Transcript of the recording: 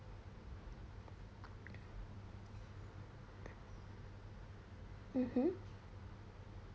mmhmm